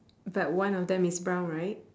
but one of them is brown right